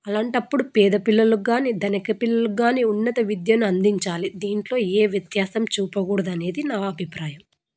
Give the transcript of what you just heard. అలాంటప్పుడు పేద పిల్లలకు కానీ ధనిక పిల్లలకి కానీ ఉన్నత విద్యను అందించాలి దీంట్లో ఏ వ్యత్యాసం చూపకూడదు అనేది నా అభిప్రాయం